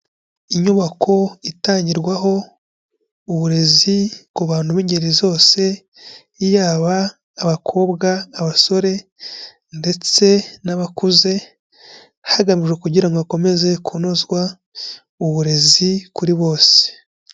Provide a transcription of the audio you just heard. Inyubako itangirwaho uburezi ku bantu b'ingeri zose, yaba abakobwa, abasore ndetse n'abakuze, hagamijwe kugira ngo hakomeze kunozwa uburezi kuri bose.